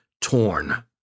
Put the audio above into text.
torn